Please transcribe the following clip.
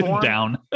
down